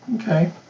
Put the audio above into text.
Okay